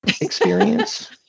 experience